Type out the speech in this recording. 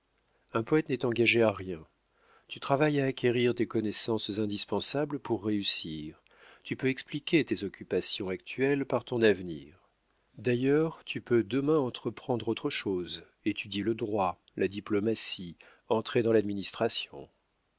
un prote n'est engagé à rien tu travailles à acquérir des connaissances indispensables pour réussir tu peux expliquer tes occupations actuelles par ton avenir d'ailleurs tu peux demain entreprendre autre chose étudier le droit la diplomatie entrer dans l'administration